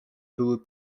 były